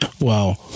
Wow